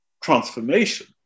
transformation